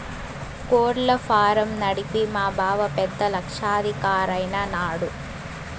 కోళ్ల ఫారం నడిపి మా బావ పెద్ద లక్షాధికారైన నాడు